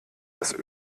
das